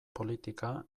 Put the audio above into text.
politika